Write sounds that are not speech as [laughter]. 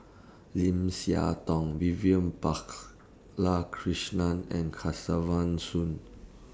Lim Siah Tong Vivian [unintelligible] and Kesavan Soon